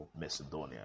Macedonia